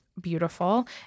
beautiful